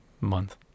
month